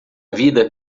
vida